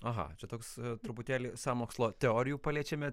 aha čia toks truputėlį sąmokslo teorijų paliečiame